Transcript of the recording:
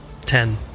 Ten